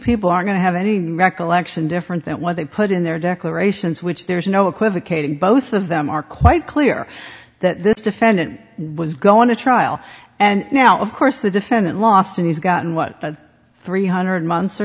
people are going to have any recollection different than what they put in their declarations which there's no equivocating both of them are quite clear that this defendant was going to trial and now of course the defendant lost and he's gotten what three hundred months or